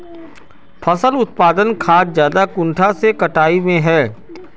फसल उत्पादन खाद ज्यादा कुंडा के कटाई में है?